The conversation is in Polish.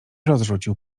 rozrzucił